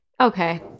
Okay